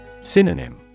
Synonym